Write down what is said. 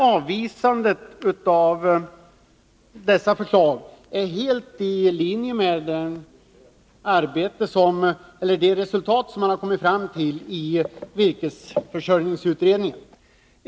Avvisandet av dessa förslag är helt i linje med det resultat som man har kommit fram till i virkesförsörjningsutredningen.